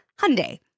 Hyundai